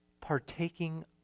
partaking